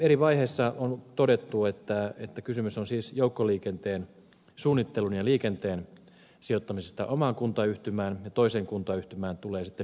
eri vaiheissa on todettu että kysymys on siis joukkoliikenteen suunnittelun ja liikenteen sijoittamisesta omaan kuntayhtymään ja toiseen kuntayhtymään tulee sitten jätehuolto